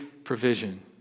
provision